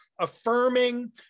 affirming